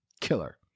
killer